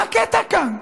מה הקטע כאן?